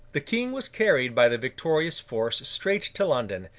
the king was carried by the victorious force straight to london,